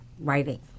writing